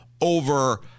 over